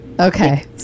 okay